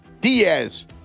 Diaz